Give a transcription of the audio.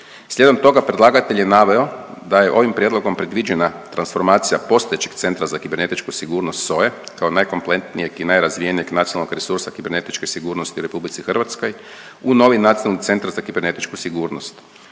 Slijedom toga predlagatelj je naveo da je ovim prijedlogom predviđena transformacija postojećeg Centra za kibernetičku sigurnost SOA-e, kao najkompletnijeg i najrazvijenijeg nacionalnog resursa kibernetičke sigurnosti u RH u novi Nacionalni centar za kibernetičku sigurnost.